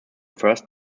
first